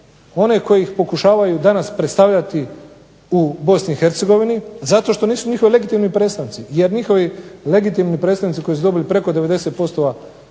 one koji ih pokušavaju danas predstavljati u Bosni i Hercegovini zato što nisu njihovi legitimni predstavnici. Jer njihovi legitimni predstavnici koji su dobili preko 90%